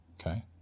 Okay